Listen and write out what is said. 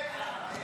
הסתייגות 5 לא